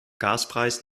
gaspreis